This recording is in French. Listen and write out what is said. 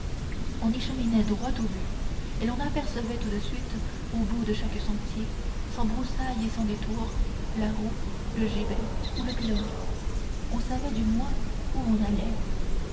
on y cheminait droit au but et l'on apercevait tout de suite au bout de chaque sentier sans broussailles et sans détour la roue le gibet ou le pilori on savait du moins où l'on allait